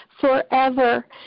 forever